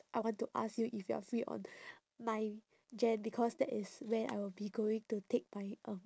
I want to ask you if you are free on nine jan because that is when I will be going to take my um